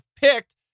picked